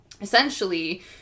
essentially